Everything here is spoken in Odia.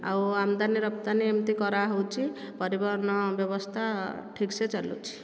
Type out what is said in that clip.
ଆଉ ଆମଦାନୀ ରପ୍ତାନି ଏମିତି କରାହେଉଛି ପରିବହନ ବ୍ୟବସ୍ଥା ଠିକ ସେ ଚାଲୁଛି